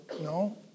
no